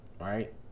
right